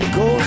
go